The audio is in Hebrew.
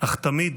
אך תמיד